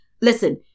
Listen